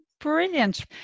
Brilliant